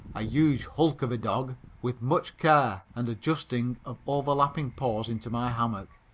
a huge hulk of a dog, with much care, and adjusting of overlapping paws into my hammock,